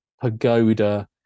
pagoda